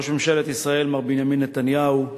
ראש ממשלת ישראל מר בנימין נתניהו,